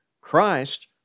Christ